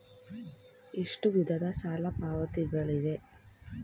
ಎಷ್ಟು ವಿಧದ ಸಾಲ ಪಾವತಿಗಳಿವೆ?